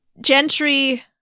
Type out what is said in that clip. gentry